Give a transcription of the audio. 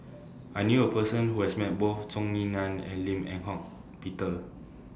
I knew A Person Who has Met Both Zhou Ying NAN and Lim Eng Hock Peter